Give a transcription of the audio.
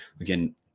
again